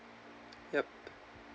yup